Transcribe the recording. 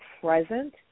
present